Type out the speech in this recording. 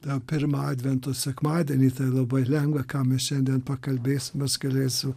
tą pirmą advento sekmadienį tai labai lengva ką mes šiandien pakalbėsim mes galėsiu